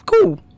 cool